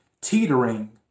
teetering